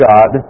God